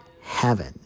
Heaven